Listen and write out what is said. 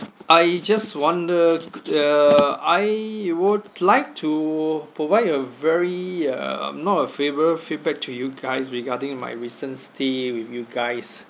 I just wonder uh I would like to provide a very uh not a favourable feedback to you guys regarding my recent stay with you guys